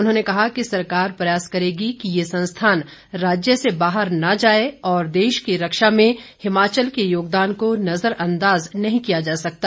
उन्होंने कहा कि सरकार प्रयास करेगी कि ये संस्थान राज्य से बाहर न जाए और देश की रक्षा में हिमाचल के योगदान को नजर अंदाज नही किया जा सकता